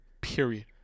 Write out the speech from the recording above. Period